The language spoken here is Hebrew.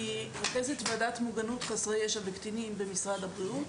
אני רכזת ועדת מוגנות חסרי ישע וקטינים במשרד הבריאות.